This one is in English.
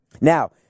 Now